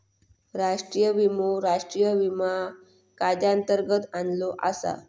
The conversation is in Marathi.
राष्ट्रीय विमो राष्ट्रीय विमा कायद्यांतर्गत आणलो आसा